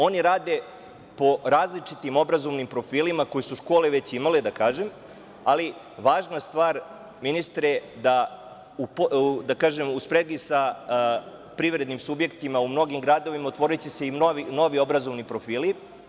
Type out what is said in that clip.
Oni rade po različitim obrazovnim profilima koje su škole već imale, ali važna stvar, ministre, jeste da će se u spregi sa privrednim subjektima u mnogim gradovima otvoriti i novi obrazovni profili.